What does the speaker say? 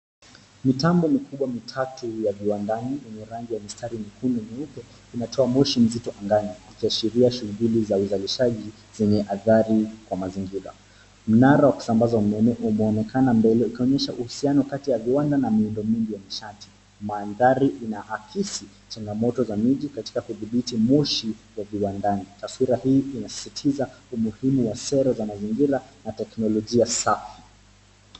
Mitambo mikubwa mitatu ya viwandani yenye rangi ya mistari na nyeupe inatoa moshi mzito angani ikiashiria shughuli za ushalizaji zenye athari ya mazingira, mnara wa kusambaza umeme unaonekana mbele kuonyesha uhusiano kati ya viwanda na miundombinu ya nishati . Mandhari inaakisi changamoto za miji katika kuthibiti moshi wa viwandani, taswira hii inasisitiza umuhimu wa sera za mazingira na teknolojia safi.